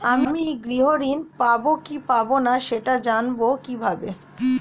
আমি গৃহ ঋণ পাবো কি পাবো না সেটা জানবো কিভাবে?